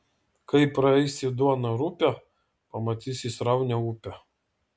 kai praeisi duoną rupią pamatysi sraunią upę